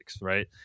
right